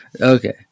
Okay